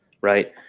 right